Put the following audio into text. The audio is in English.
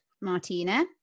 Martina